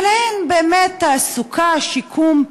אבל אין באמת תעסוקה, שיקום,